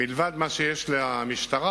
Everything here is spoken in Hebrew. מלבד מה שיש למשטרה,